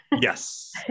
Yes